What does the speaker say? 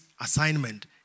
assignment